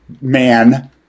man